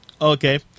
Okay